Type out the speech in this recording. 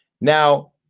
Now